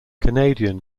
canadian